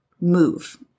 move